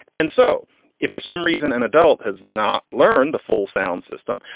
and so if for some reason an adult has not learned the full sound system,